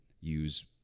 use